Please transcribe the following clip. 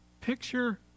Picture